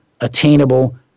attainable